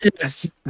Yes